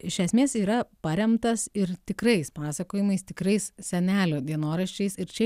iš esmės yra paremtas ir tikrais pasakojimais tikrais senelio dienoraščiais ir čia